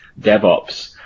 DevOps